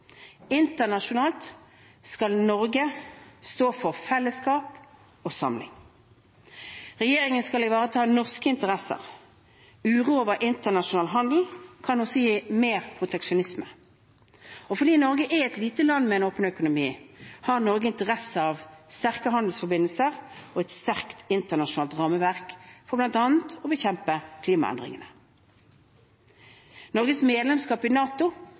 Internasjonalt skal Norge stå for fellesskap og samling. Regjeringen skal ivareta norske interesser. Uro over internasjonal handel kan også gi mer proteksjonisme. Fordi Norge er et lite land med en åpen økonomi, har Norge interesse av sterke handelsforbindelser og et sterkt internasjonalt rammeverk for bl.a. å bekjempe klimaendringene. Norges medlemskap i NATO